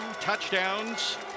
touchdowns